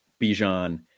Bijan